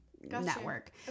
network